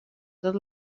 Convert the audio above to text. tot